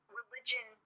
religion